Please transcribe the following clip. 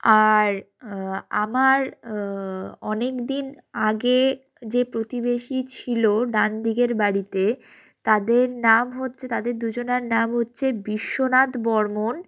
আর আমার অনেকদিন আগে যে প্রতিবেশী ছিল ডান দিকের বাড়িতে তাদের নাম হচ্ছে তাদের দুজনার নাম হচ্ছে বিশ্বনাথ বর্মন